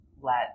let